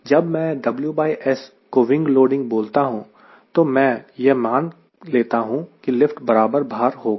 जब मैं WS को विंग लोडिंग बोलता हूं तो मैं यह मान लेता हूं कि लिफ्ट बराबर भार होगा